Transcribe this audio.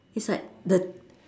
it's like the